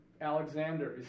Alexander